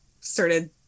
started